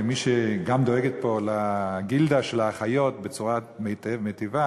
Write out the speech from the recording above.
כמי שגם דואגת פה לגילדה של האחיות בצורה מיטיבה: